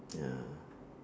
ya